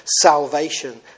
salvation